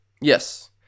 Yes